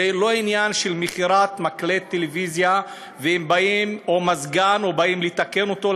זה לא עניין של מכירת מקלט טלוויזיה או מזגן ובאים לתקן אותו,